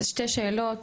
שתי שאלות,